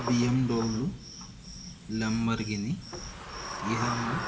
BMW Lamborghini Yamaha